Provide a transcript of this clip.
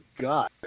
God